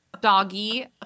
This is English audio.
doggy